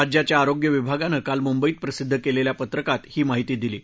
राज्याच्या आरोग्य विभागानं काल मुंबईत प्रसिद्ध केलेल्या पत्रकात ही माहिती दिली आहे